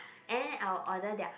and I'll order their